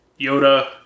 Yoda